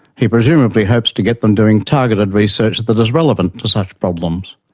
he presumably hopes to get them doing targeted research that is relevant to such problems.